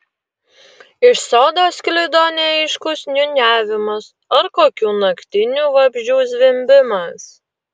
iš sodo sklido neaiškus niūniavimas ar kokių naktinių vabzdžių zvimbimas